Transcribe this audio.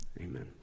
Amen